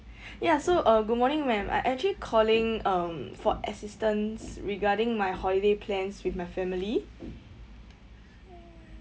ya so uh good morning ma'am I actually calling um for assistance regarding my holiday plans with my family